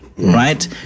Right